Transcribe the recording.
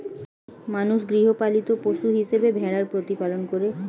মানুষ গৃহপালিত পশু হিসেবে ভেড়ার প্রতিপালন করে